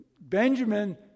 Benjamin